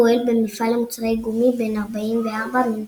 פועל במפעל למוצרי גומי בן 44 מנתניה.